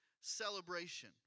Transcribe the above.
celebration